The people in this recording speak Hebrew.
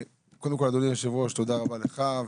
קודם כל, אדוני היושב ראש, תודה רבה לך.